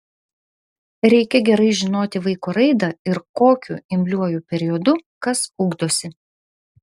reikia gerai žinoti vaiko raidą ir kokiu imliuoju periodu kas ugdosi